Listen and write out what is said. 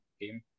game